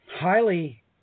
highly